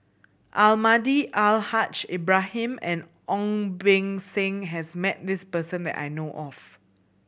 Almahdi Al Haj Ibrahim and Ong Beng Seng has met this person that I know of